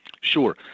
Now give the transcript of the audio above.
Sure